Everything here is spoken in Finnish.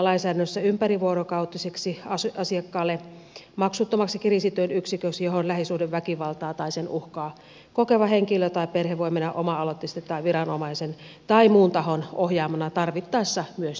turvakotipalvelu määritellään lainsäädännössä ympärivuorokautiseksi asiakkaalle maksuttomaksi kriisityön yksiköksi johon lähisuhdeväkivaltaa tai sen uhkaa kokeva henkilö tai perhe voi mennä oma aloitteisesti tai viranomaisen tai muun tahon ohjaamana tarvittaessa myös nimettömänä